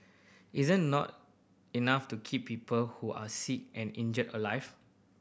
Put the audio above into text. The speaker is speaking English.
isn't not enough to keep people who are sick and injured alive